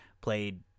played